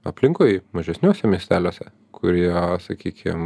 aplinkui mažesniuose miesteliuose kurie sakykim